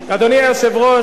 אדוני היושב-ראש,